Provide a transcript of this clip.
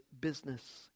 business